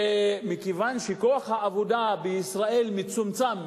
מכיוון שכוח העבודה בישראל מצומצם,